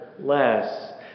less